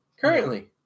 Currently